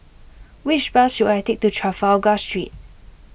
which bus should I take to Trafalgar Street